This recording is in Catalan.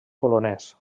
polonès